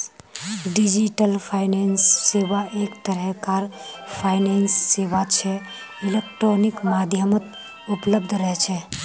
digital finance सेवा एक तरह कार फाइनेंस सेवा छे इलेक्ट्रॉनिक माध्यमत उपलब्ध रह छे